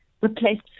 replaced